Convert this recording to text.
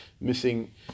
missing